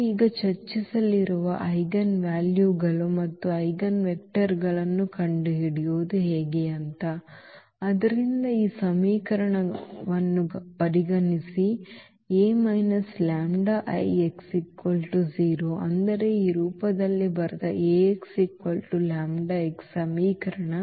ನಾವು ಈಗ ಚರ್ಚಿಸಲಿರುವ ಐಜೆನ್ ವ್ಯಾಲ್ಯೂಗಳುಮತ್ತು ಐಜೆನ್ವೆಕ್ಟರ್ಗಳನ್ನು ಕಂಡುಹಿಡಿಯುವುದು ಹೇಗೆ ಆದ್ದರಿಂದ ಈ ಸಮೀಕರಣವನ್ನು ಪರಿಗಣಿಸಿ A λI x 0 ಅಂದರೆ ಈ ರೂಪದಲ್ಲಿ ಬರೆದ Ax λx ಸಮೀಕರಣ